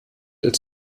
als